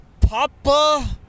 Papa